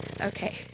okay